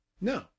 No